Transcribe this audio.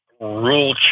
rule